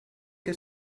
que